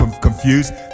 confused